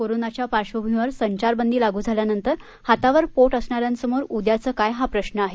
कोरोनाच्या पार्श्वभूमीवर संचारबंदी लागू झाल्यानंतर हातावर पोट असणाऱ्यांसमोर उद्याचं काय हा प्रश्न आहे